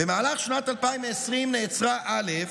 במהלך שנת 2020 נעצרה א',